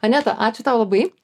aneta ačiū tau labai